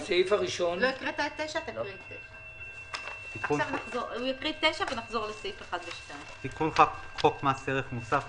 9. תיקון חוק מס ערך מוסף.